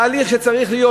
תהליך שצריך להיות,